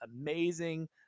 amazing